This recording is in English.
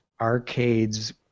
Arcade's